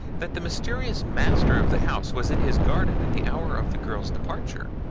that the mysterious master of the house was in his garden at the hour of the girl's departure,